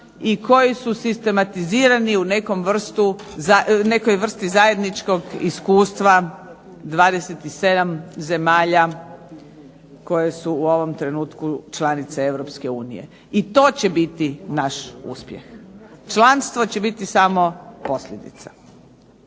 i koji su sistematizirani u nekoj vrsti zajedničkog iskustva 27 zemalja koje su u ovom trenutku članice europske unije. I to će biti naš uspjeh. Članstvo će biti samo posljedica.